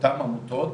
שאותן עמותות,